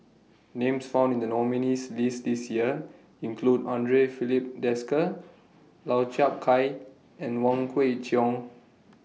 Names found in The nominees' list This Year include Andre Filipe Desker Lau Chiap Khai and Wong Kwei Cheong